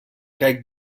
caic